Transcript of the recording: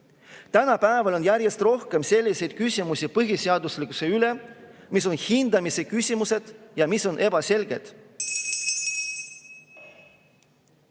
Tänapäeval on järjest rohkem selliseid põhiseaduslikkuse küsimusi, mis on hindamise küsimused ja mis on ebaselged.